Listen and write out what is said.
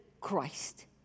Christ